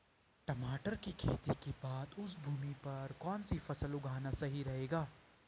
टमाटर की खेती के बाद उस भूमि पर कौन सी फसल उगाना सही रहेगा?